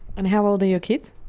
and how old are your kids?